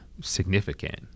significant